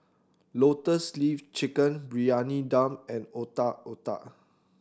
Lotus Leaf Chicken Briyani Dum and Otak Otak